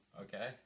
okay